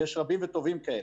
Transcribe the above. ויש רבים וטובים כאלה,